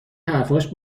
حرفاش